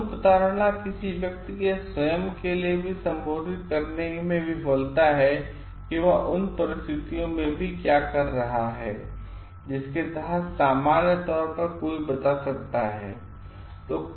आत्मप्रतारणा किसी व्यक्ति के स्वयं के लिए भी सम्बोधित करने में विफलता है कि वह उन परिस्थितियों में भी क्या कर रहा है जिसके तहत सामान्य तौर पर कोई बता सकता है